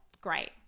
Great